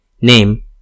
name